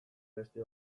beste